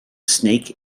snake